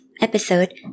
episode